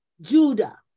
Judah